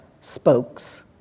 spokes